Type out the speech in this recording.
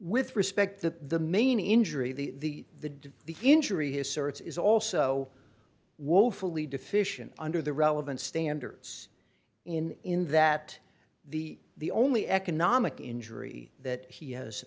with respect to the main injury the the the injury his certs is also woefully deficient under the relevant standards in that the the only economic injury that he has